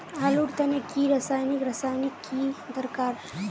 आलूर तने की रासायनिक रासायनिक की दरकार?